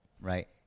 Right